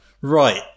Right